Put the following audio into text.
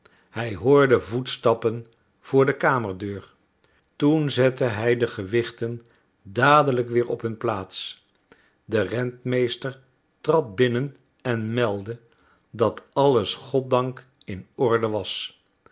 hij hoorde voetstappen voor de kamerdeur toen zette hij de gewichten dadelijk weer op hun plaats de rentmeester trad binnen en meldde dat alles goddank in orde was